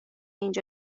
اینجا